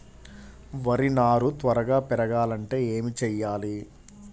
వరి నారు త్వరగా పెరగాలంటే ఏమి చెయ్యాలి?